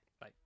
Bye